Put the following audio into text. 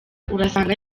urasanga